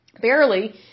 barely